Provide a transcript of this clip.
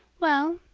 well,